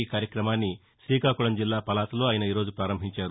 కార్యక్రమాన్ని శ్రీకాకుళం జిల్లా పలాసలో ఆయన ఈ రోజు పారంభించారు